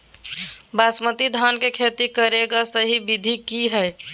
बासमती धान के खेती करेगा सही विधि की हय?